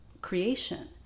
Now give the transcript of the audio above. creation